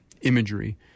imagery